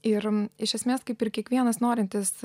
ir iš esmės kaip ir kiekvienas norintis